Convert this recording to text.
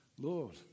Lord